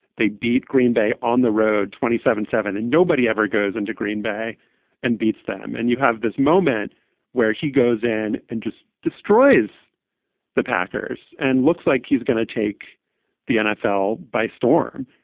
they beat green bay on the road twenty seven seven, and nobody ever goes into green bay and beats them. and you have this moment where he goes in and just destroys the packers and looks like he's going to take the nfl by storm.